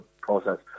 process